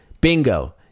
Bingo